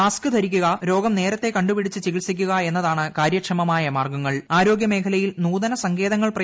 mask ധരിക്കുക രോഗം നേരത്തെ കണ്ടുപിടിച്ച് ചികിത്സിക്കുക എന്നതാണ് കാര്യക്ഷമമായ ആരോഗ്യ മേഖലയിൽ നൂതന സങ്കേതങ്ങൾ മാർഗ്ഗങ്ങൾ